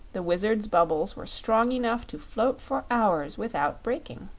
the wizard's bubbles were strong enough to float for hours without breaking.